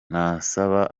nasaba